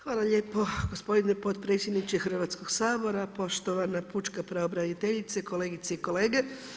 Hvala lijepo gospodine potpredsjedniče Hrvatskog sabora, poštovana pučka pravobraniteljice, kolegice i kolege.